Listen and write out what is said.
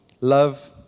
Love